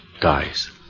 dies